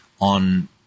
on